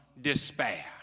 despair